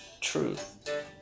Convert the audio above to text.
truth